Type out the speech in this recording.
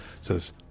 says